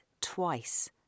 twice